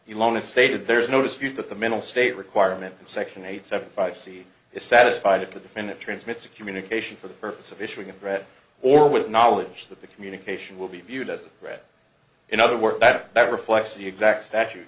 stated there's no dispute that the mental state requirement in section eight seventy five c is satisfied if the defendant transmits a communication for the purpose of issuing a threat or with knowledge that the communication will be viewed as a threat in other words that reflects the exact statute